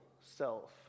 self